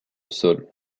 sol